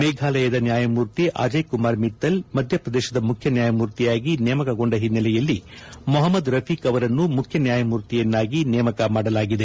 ಮೇಘಾಲಯದ ನ್ಯಾಯಮೂರ್ತಿ ಅಜಯ್ ಕುಮಾರ್ ಮಿತ್ತಲ್ ಮಧ್ಯಪ್ರದೇಶದ ಮುಖ್ಯ ನ್ಯಾಯಮೂರ್ತಿಯಾಗಿ ನೇಮಕಗೊಂಡ ಹಿನ್ನೆಲೆಯಲ್ಲಿ ಮಹಮ್ನದ್ ರಫೀಕ್ ಅವರನ್ನು ಮುಖ್ಯ ನ್ಯಾಯಮೂರ್ತಿಯನ್ನಾಗಿ ನೇಮಕ ಮಾಡಲಾಗಿದೆ